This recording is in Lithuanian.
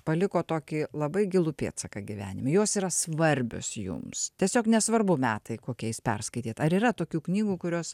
paliko tokį labai gilų pėdsaką gyvenime jos yra svarbios jums tiesiog nesvarbu metai kokiais perskaitėte ar yra tokių knygų kurios